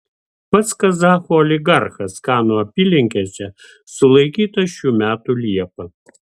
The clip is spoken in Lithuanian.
pats kazachų oligarchas kanų apylinkėse sulaikytas šių metų liepą